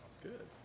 Good